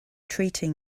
treating